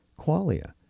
qualia